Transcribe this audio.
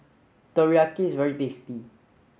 Teriyaki is very tasty